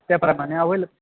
त्याप्रमाणे आवल